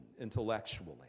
intellectually